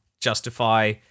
justify